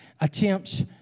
attempts